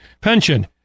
pension